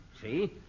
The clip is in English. See